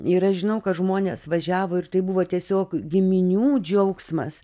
ir aš žinau kad žmonės važiavo ir tai buvo tiesiog giminių džiaugsmas